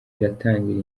iratangira